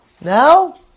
Now